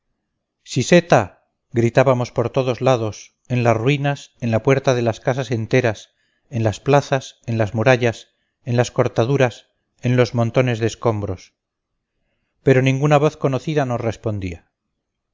dónde siseta gritábamos por todos lados en las ruinas en la puerta de las casas enteras en las plazas en las murallas en las cortaduras en los montones de escombros pero ninguna voz conocida nos respondía